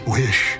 wish